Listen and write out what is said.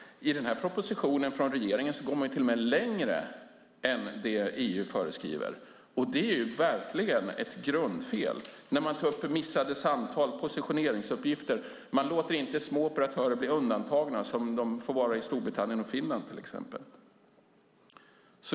I propositionen från regeringen går man till och med längre än det som EU föreskriver, och det är ju verkligen ett grundfel. Man tar upp missade samtal och positioneringsuppgifter. Man låter inte små operatörer bli undantagna som de blir i Storbritannien och Finland till exempel.